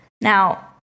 now